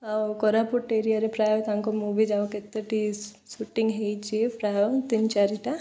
ଆଉ କୋରାପୁଟ ଏରିଆରେ ପ୍ରାୟ ତାଙ୍କ ମୁଭି ଯେଉଁ କେତେଟି ସୁଟିଂ ହୋଇଛି ପ୍ରାୟ ତିନି ଚାରିଟା